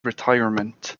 retirement